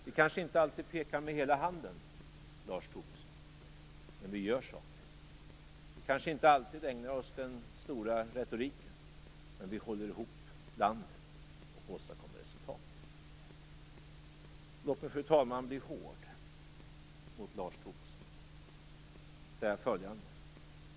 Vi kanske inte alltid pekar med hela handen, Lars Tobisson, men vi gör saker. Vi kanske inte alltid ägnar åt oss den stora retoriken, men vi håller ihop landet och åstadkommer resultat. Låt mig sedan, fru talman, bli hård mot Lars Tobisson och säga följande.